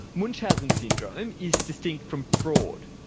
munchausen syndrome is distinct from fraud,